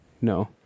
No